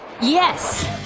Yes